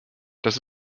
dass